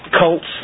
cults